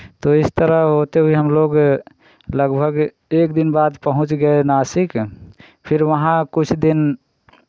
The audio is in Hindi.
तो इस तरह होते हुए हम लोग ए लगभग एक दिन बाद पहुँच गए नासिक फिर वहाँ कुछ दिन